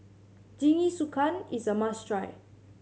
jingisukan is a must try